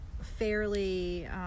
fairly